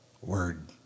word